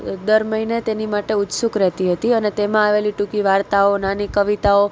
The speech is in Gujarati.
દર મહિને તેની માટે ઉત્સુક રહેતી હતી અને તેમાં આવેલી ટુંકી વાર્તાઓ નાની કવિતાઓ